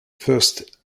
first